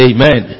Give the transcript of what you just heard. Amen